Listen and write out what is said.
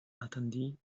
attendit